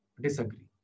disagree